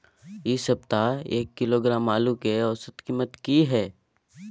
ऐ सप्ताह एक किलोग्राम आलू के औसत कीमत कि हय?